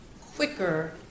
quicker